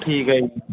ਠੀਕ ਹੈ ਜੀ